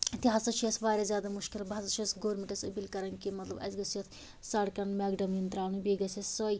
تہِ ہَسا چھُ اسہِ وارِیاہ زیادٕ مشکل بہِ ہَسا چھَس گورمنٹَس اپیٖل کَران کہِ مطلب اسہِ گٔژھ یَتھ سڑکن میٚگڈم یِنۍ ترٛاونہٕ بیٚیہِ گژھہِ اسہِ سٔے